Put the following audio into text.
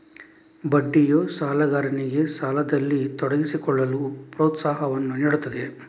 ಬಡ್ಡಿಯು ಸಾಲಗಾರನಿಗೆ ಸಾಲದಲ್ಲಿ ತೊಡಗಿಸಿಕೊಳ್ಳಲು ಪ್ರೋತ್ಸಾಹವನ್ನು ನೀಡುತ್ತದೆ